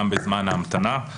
כך שזה לא שהם לא מודעים